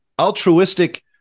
altruistic